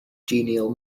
genial